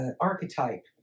archetype